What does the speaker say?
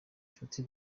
nshuti